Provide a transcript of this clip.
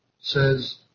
says